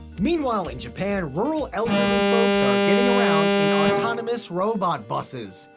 meanwhile in japan, rural elderly folks are getting around in autonomous robot buses.